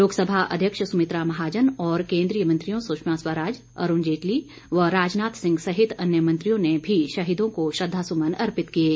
लोकसभा अध्यक्ष सुमित्रा महाजन और केन्द्रीय मंत्रियों सुषमा स्वराज अरूण जेटली व राजनाथ सिंह सहित अन्य मंत्रियों ने भी शहीदों को श्रद्वासुमन अर्पित किये